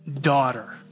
daughter